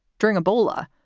during ebola,